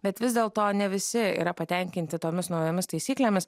bet vis dėlto ne visi yra patenkinti tomis naujomis taisyklėmis